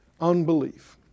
unbelief